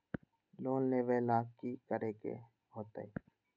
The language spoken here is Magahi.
लोन लेवेला की करेके होतई?